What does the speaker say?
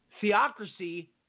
theocracy